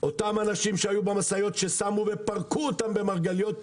אותם אנשים שהיו במשאיות ששמו ופרקו אותם במרגליות,